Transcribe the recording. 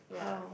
ya